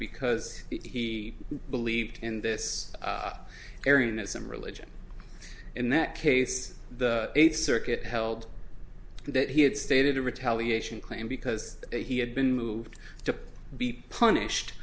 because the believed in this area and that some religion in that case the eighth circuit held that he had stated a retaliation claim because he had been moved to be punished